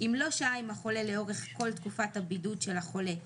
אם לא שהה עם החולה לאורך כל תקופת הבידוד של החולה,